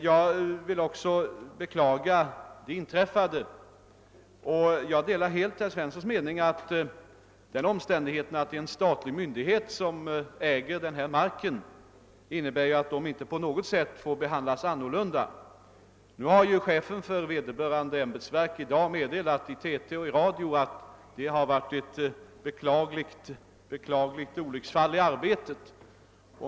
Jag vill också beklaga det inträffade, och jag helar helt herr Svenssons mening att den omständigheten, att det är en statlig myndighet som äger marken i fråga, inte innebär att ärendet på något sätt får behandlas annorlunda. Chefen för vederbörande ämbetsverk har i dag meddelat genom TT och radio att det inträffade är ett beklagligt olycksfall i arbetet.